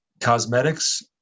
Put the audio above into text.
cosmetics